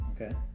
Okay